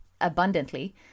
abundantly